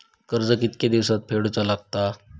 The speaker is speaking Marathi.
कर्ज कितके दिवसात फेडूचा लागता?